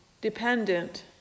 dependent